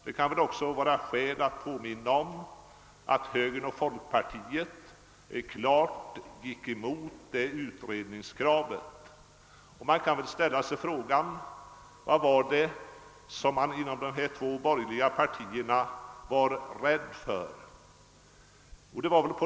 Det kan väl vara skäl att påminna om att högern och folkpartiet klart gick emot utredningskravet. Man kan väl ställa sig frågan, vad det var som dessa två borgerliga partier var rädda för.